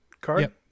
card